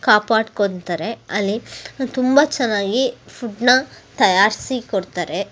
ಕಾಪಾಡ್ಕೊಳ್ತಾರೆ ಅಲ್ಲಿ ತುಂಬ ಚೆನ್ನಾಗಿ ಫುಡ್ಡನ್ನ ತಯಾರಿಸಿ ಕೊಡ್ತಾರೆ